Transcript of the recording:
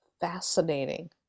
fascinating